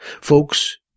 Folks